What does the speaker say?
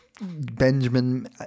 benjamin